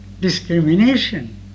discrimination